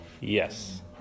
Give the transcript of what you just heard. Yes